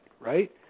right